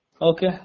Okay